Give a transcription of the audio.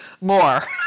more